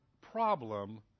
problem